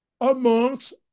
amongst